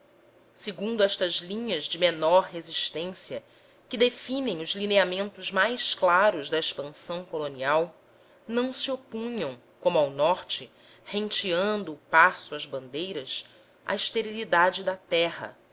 segundo estas linhas de menor resistência que definem os lineamentos mais claros da expansão colonial não se opunham como ao norte renteando o passo às bandeiras a esterilidade da terra